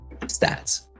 stats